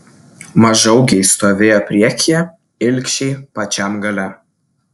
mažaūgiai stovėjo priekyje ilgšiai pačiam gale